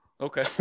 Okay